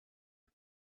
and